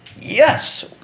yes